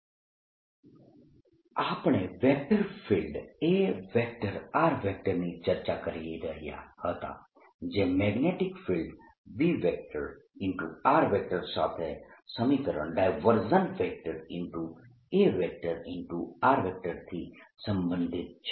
current ડેન્સિટીના સંદર્ભમાં vector potential માટેનું સમીકરણ આપણે વેક્ટર ફિલ્ડ A ની ચર્ચા કરી રહ્યા હતા જે મેગ્નેટીક ફિલ્ડ B સાથે સમીકરણ A થી સંબંધિત છે